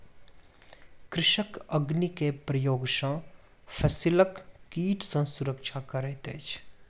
कृषक अग्नि के प्रयोग सॅ फसिलक कीट सॅ सुरक्षा करैत अछि